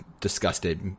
disgusted